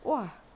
!wah!